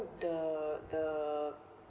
the the